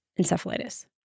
encephalitis